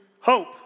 hope